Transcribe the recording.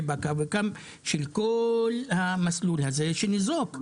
באקה וגם של כל המסלול הזה שניזוק.